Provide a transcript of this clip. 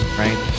right